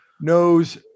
knows